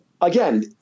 again